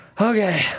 Okay